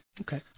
Okay